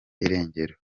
irengero